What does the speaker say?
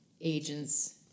agents